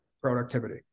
productivity